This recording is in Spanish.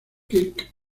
kirk